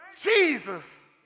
Jesus